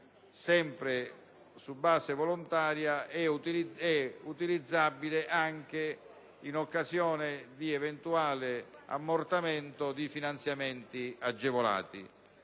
sempre su base volontaria, sia utilizzabile anche in occasione di eventuale ammortamento di finanziamenti agevolati.